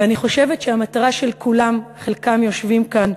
ואני חושבת שהמטרה של כולם, חלקם יושבים כאן,